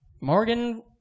Morgan